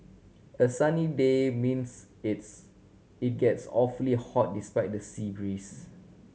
a sunny day means it's it gets awfully hot despite the sea breeze